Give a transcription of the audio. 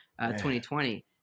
2020